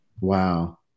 Wow